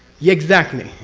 yeah, exactly!